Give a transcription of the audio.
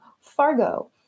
Fargo